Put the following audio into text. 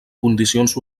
condicions